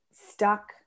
stuck